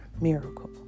miracle